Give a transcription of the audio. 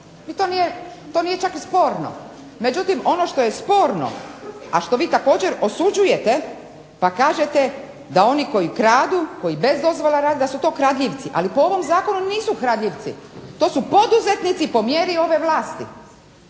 i to nije čak ni sporno. Međutim, ono što je sporno, a što vi također osuđujete pa kažete da oni koji kradu, koji bez dozvole rade da su to kradljivci. Ali po ovom zakonu nisu kradljivici to su poduzetnici po mjeri ove vlasti